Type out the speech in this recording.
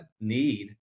need